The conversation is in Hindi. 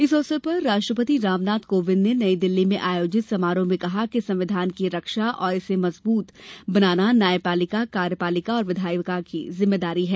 इस अवसर पर राष्ट्रपति रामनाथ कोविंद ने नई दिल्ली में आयोजित समारोह में कहा कि संविधान की रक्षा और इसे मजबूत न्यायापालिका कार्यपालिका और विधायका की जिम्मेदारी है